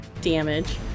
damage